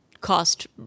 cost